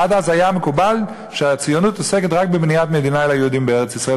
עד אז היה מקובל שהציונות עוסקת רק בבניית מדינה ליהודים בארץ-ישראל,